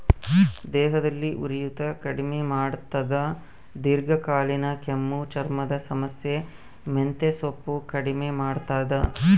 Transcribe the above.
ದೇಹದಲ್ಲಿ ಉರಿಯೂತ ಕಡಿಮೆ ಮಾಡ್ತಾದ ದೀರ್ಘಕಾಲೀನ ಕೆಮ್ಮು ಚರ್ಮದ ಸಮಸ್ಯೆ ಮೆಂತೆಸೊಪ್ಪು ಕಡಿಮೆ ಮಾಡ್ತಾದ